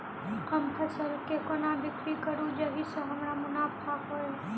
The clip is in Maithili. हम फसल केँ कोना बिक्री करू जाहि सँ हमरा मुनाफा होइ?